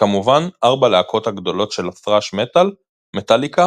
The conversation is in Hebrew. וכמובן ארבע הלהקות הגדולות של הת'ראש מטאל - מטאליקה,